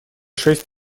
шесть